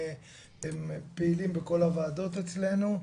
הם גם פעילים בכל הוועדות אצלנו,